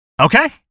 Okay